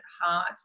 heart